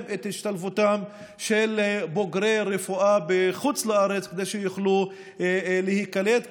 את השתלבותם של בוגרי רפואה בחוץ לארץ כך שיוכלו להיקלט,